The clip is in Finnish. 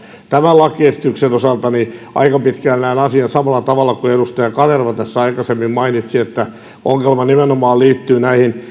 tämän lakiesityksen osalta aika pitkälle näen asian samalla tavalla kuin edustaja kanerva joka tässä aikaisemmin mainitsi että ongelma nimenomaan liittyy